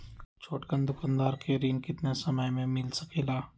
छोटकन दुकानदार के ऋण कितने समय मे मिल सकेला?